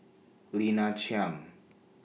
Lina Chiam